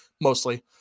mostly